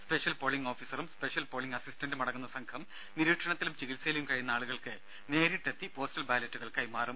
special polling ഓഫീസറും special polling അസിസ്റ്റന്റും അടങ്ങുന്ന സംഘം നിരീക്ഷണത്തിലും ചികിത്സയിലും കഴിയുന്ന ആളുകൾക്ക് നേരിട്ടെത്തി പോസ്റ്റൽ ബാലറ്റുകൾ കൈമാറും